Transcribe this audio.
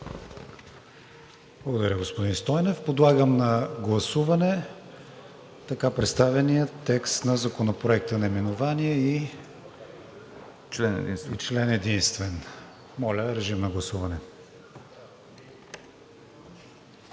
Благодаря, господин Стойнев. Подлагам на гласуване така представения текст на Законопроекта, наименование и член единствен. Гласували